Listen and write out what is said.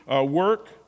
work